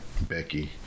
Becky